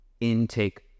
intake